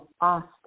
Austin